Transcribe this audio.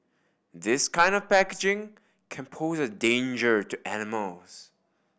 this kind of packaging can pose a danger to animals